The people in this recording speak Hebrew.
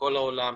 בכל העולם,